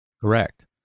Correct